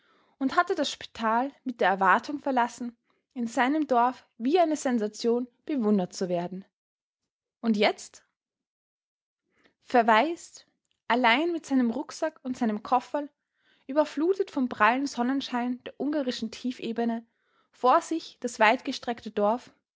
und hatte das spital mit der erwartung verlassen in seinem dorf wie eine sensation bewundert zu werden und jetzt verwaist allein mit seinem rucksack und seinem kofferl überflutet vom prallen sonnenschein der ungarischen tiefebene vor sich das weitgestreckte dorf